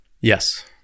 Yes